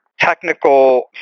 technical